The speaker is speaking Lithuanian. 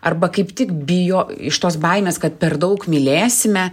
arba kaip tik bijo iš tos baimės kad per daug mylėsime